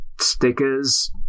stickers